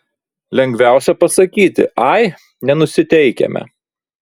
lengviausia pasakyti ai nenusiteikėme